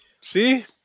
See